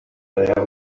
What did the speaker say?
there